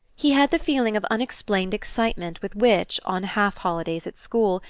he had the feeling of unexplained excitement with which, on half-holidays at school,